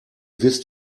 wisst